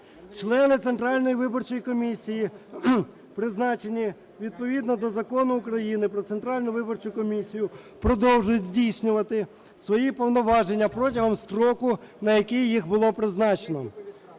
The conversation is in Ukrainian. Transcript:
Члени Центральної виборчої комісії, призначені відповідно до Закону України "Про Центральну виборчу комісію", продовжують здійснювати свої повноваження протягом строку, на який їх було призначено.